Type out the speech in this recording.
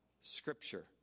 scripture